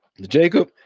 jacob